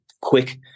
quick